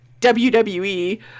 WWE